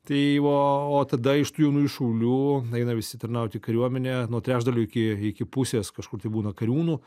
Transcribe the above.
tai va o tada iš tų jaunųjų šaulių eina visi tarnaut į kariuomenę nuo trečdalio iki iki pusės kažkur tai būna kariūnų